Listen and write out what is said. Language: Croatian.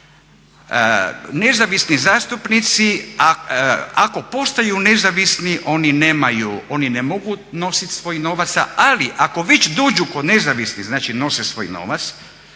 nezavisni zastupnici ako postaju nezavisni oni nemaju, ne mogu nosit svoj novac, ali ako već dođu kod nezavisnih znači nose svoj novac,